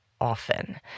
often